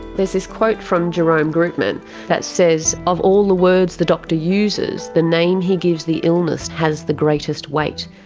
this this quote from jerome groopman that says of all the words the doctor uses, the name he gives the illness has the greatest weight.